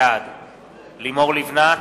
בעד לימור לבנת,